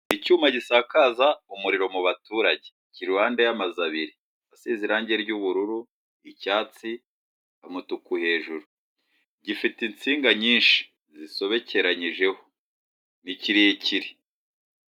Icyuma gisakaza umuriro mu baturage kiruhande y'amazu abiri asize irangi ry'ubururu, icyatsi, umutuku, hejuru gifite insinga nyinshi zisobekeranyijeho ni kirekire.